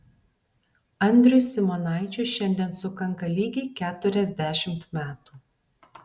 andriui simonaičiui šiandien sukanka lygiai keturiasdešimt metų